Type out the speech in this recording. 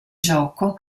gioco